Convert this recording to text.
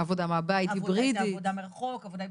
עבודה מרחוק, עבודה היברידית.